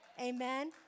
Amen